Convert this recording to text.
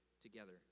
together